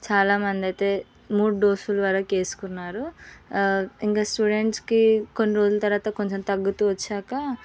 చాలా మందైతే మూడు డోసులు వరకు వేసుకున్నారు ఇంకా స్టూడెంట్స్కి కొన్ని రోజుల తరువాత కొంచెం తగ్గుతూ వచ్చాక